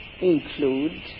include